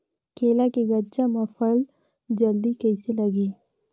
केला के गचा मां फल जल्दी कइसे लगही?